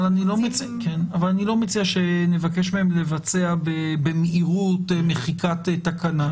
אבל אני לא מציע שנבקש מהם לבצע במהירות מחיקת תקנה.